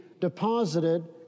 deposited